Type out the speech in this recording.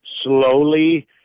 slowly